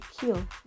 kill